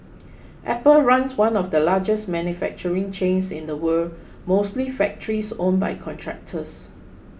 apple runs one of the largest manufacturing chains in the world mostly factories owned by contractors